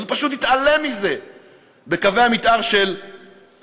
אז הוא פשוט התעלם מזה בקווי המתאר של הממשלה.